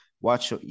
watch